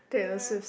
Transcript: ya